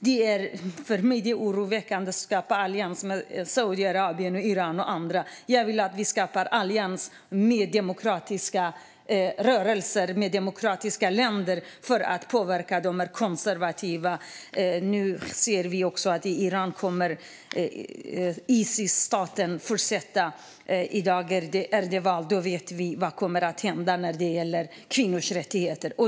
Det är för mig oroväckande att man skapar allianser med Saudiarabien, Iran och andra. Jag vill att vi skapar allianser med demokratiska rörelser och med demokratiska länder för att påverka dessa konservativa länder och rörelser. Nu ser vi också att Iran, Isisstaten, kommer att fortsätta. I dag är det val i Iran. Då får vi veta vad som kommer att hända när det gäller kvinnors rättigheter.